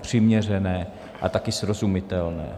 Přiměřené a také srozumitelné.